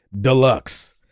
Deluxe